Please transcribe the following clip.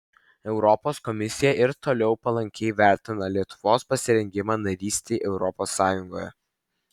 europos komisija ir toliau palankiai vertina lietuvos pasirengimą narystei europos sąjungoje